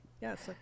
yes